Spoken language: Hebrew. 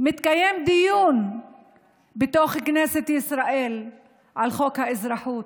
מתקיים דיון בכנסת ישראל על חוק האזרחות,